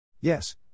Yes